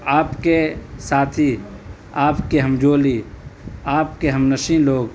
آپ کے ساتھی آپ کے ہم جولی آپ کے ہم نشیں لوگ